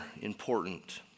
important